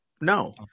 No